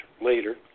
later